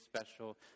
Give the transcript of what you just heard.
special